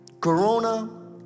corona